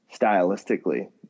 stylistically